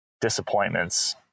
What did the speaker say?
disappointments